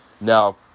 Now